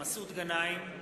מסעוד גנאים,